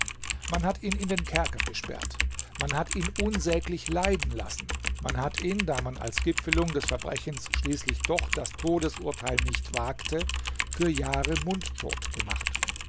man hat ihn in den kerker gesperrt man hat ihn unsäglich leiden lassen man hat ihn da man als gipfelung des verbrechens schließlich doch das todesurteil nicht wagte für jahre mundtot gemacht